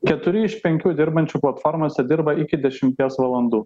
keturi iš penkių dirbančių platformose dirba iki dešimties valandų